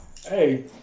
Hey